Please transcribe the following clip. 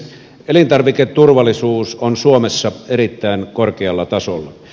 elintarviketurvallisuus on suomessa erittäin korkealla tasolla